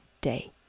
day